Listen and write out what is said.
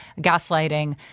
gaslighting